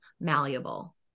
malleable